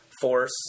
force